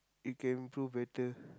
it can improve better